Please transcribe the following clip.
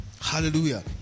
Hallelujah